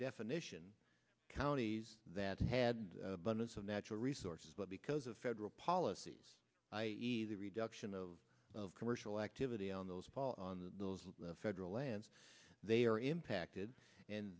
definition counties that had abundance of natural resources but because of federal policies i e the reduction of of commercial activity on those on those federal lands they are impacted and